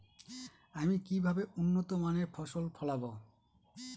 আমি কিভাবে উন্নত মানের ফসল ফলাব?